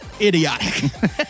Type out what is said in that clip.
idiotic